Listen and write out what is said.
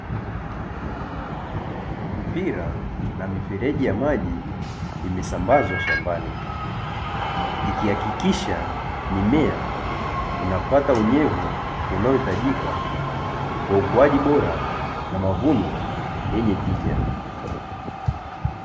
Mipira na mifereji ya maji imesambazwa shambani, ikihakikisha mimea inapata unyevu unaohitajika kwa ukuaji bora na mavuno yenye tija.